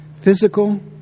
physical